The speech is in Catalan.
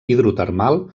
hidrotermal